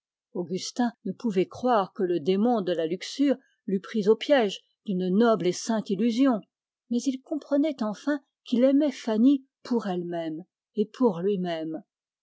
augustin ne pouvait croire que le démon de la luxure l'eût pris au piège d'une noble et sainte illusion mais il comprenait enfin qu'il aimait fanny pour elle-même et pour lui-même